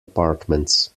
apartments